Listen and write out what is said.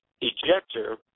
ejector